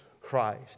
Christ